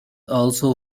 also